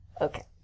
okay